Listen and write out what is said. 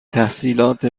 تحصیلات